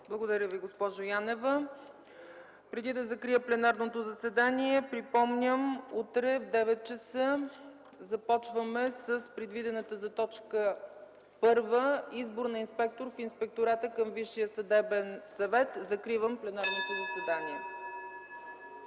Благодаря Ви, госпожо Янева. Преди да закрия пленарното заседание припомням, че утре в 9,00 ч. започваме с предвидената т. 1 – Избор на инспектор в Инспектората към Висшия съдебен съвет. Закривам пленарното заседание.